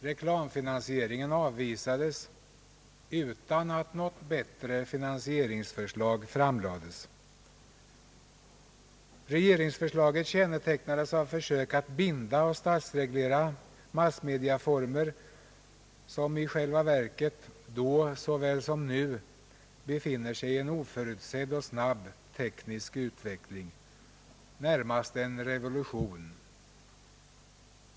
Reklamfinansieringen avvisades utan att något bättre finansieringsförslag framlades. Regeringsförslaget kännetecknades av försök att binda och statsreglera massmediaformer som i själva verket, då såväl som nu, befinner sig i en oförutsedd och snabb teknisk ut veckling — närmast en revolution.